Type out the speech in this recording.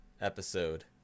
episode